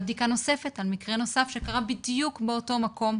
בדיקה נוספת על מקרה נוסף שקרה בדיוק באותו מקום,